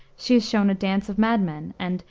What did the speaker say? she is shown a dance of madmen and,